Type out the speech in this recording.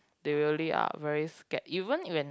they really are very scared even when